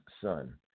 son